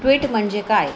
tweet म्हणजे काय